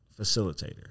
facilitator